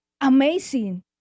amazing